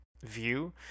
view